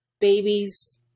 babies